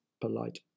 polite